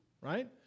right